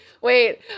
wait